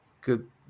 good